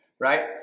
Right